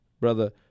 brother